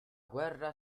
guerra